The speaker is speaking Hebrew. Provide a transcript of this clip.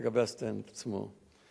לגבי הסטנד עצמו.